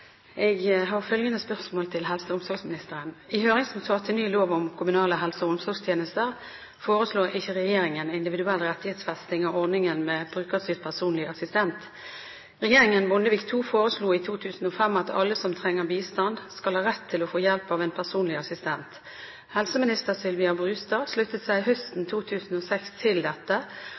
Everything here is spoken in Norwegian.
Jeg har følgende spørsmål til helse- og omsorgsministeren: «I høringsnotat til ny lov om kommunale helse- og omsorgstjenester foreslår ikke regjeringen individuell rettighetsfesting av ordningen med brukerstyrt personlig assistanse, BPA. Regjeringen Bondevik II foreslo i 2005 at alle som trenger bistand, skal ha rett til å få hjelp av en personlig assistent. Helseminister Sylvia Brustad sluttet seg høsten 2006 til dette,